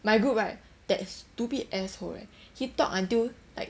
my group right that stupid asshole right he talk until like